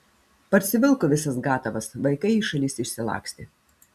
parsivilko visas gatavas vaikai į šalis išsilakstė